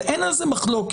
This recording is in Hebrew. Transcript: אין על זה מחלוקת.